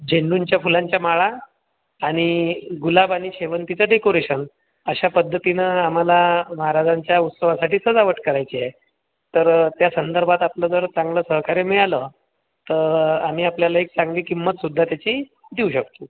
झेंडूंच्या फुलांच्या माळा आणि गुलाब आणि शेवंतीचं डेकोरेशन अशा पद्धतीनं आम्हाला महाराजांच्या उत्सवासाठी सजावट करायची आहे तर त्या संदर्भात आपलं जर चांगलं सहकार्य मिळालं तर आम्ही आपल्याला एक चांगली किंमतसुद्धा त्याची देऊ शकतो